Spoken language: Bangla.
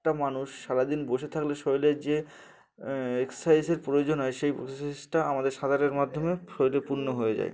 একটা মানুষ সারাদিন বসে থাকলে শরীরের যে এক্সারসাইজের প্রয়োজন হয় সেই প্রসসাইসটা আমাদের সাঁতারের মাধ্যমে শরীরে পূর্ণ হয়ে যায়